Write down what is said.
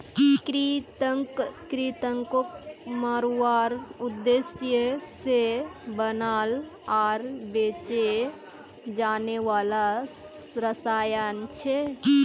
कृंतक कृन्तकक मारवार उद्देश्य से बनाल आर बेचे जाने वाला रसायन छे